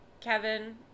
Kevin